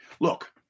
Look